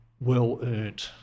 well-earned